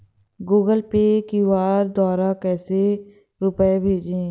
Google Pay QR द्वारा कैसे रूपए भेजें?